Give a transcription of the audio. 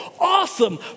awesome